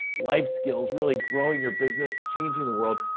life skills, really growing your business, changing the world,